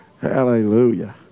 Hallelujah